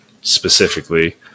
specifically